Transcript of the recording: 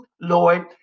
Lord